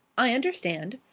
i understand.